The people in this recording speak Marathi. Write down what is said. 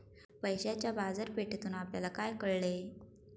पैशाच्या बाजारपेठेतून आपल्याला काय कळले?